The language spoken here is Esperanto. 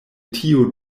tiu